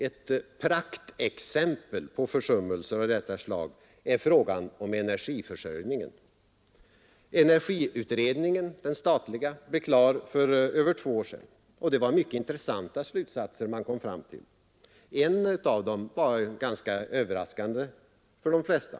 Ett praktexempel på försummelser av detta slag är frågan om energiförsörjningen. Den statliga energiutredningen blev klar med sitt arbete för över två år sedan. Det var mycket intressanta slutsatser som utredningen kom fram till. En av dem var ganska överraskande för de flesta.